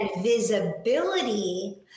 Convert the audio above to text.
Visibility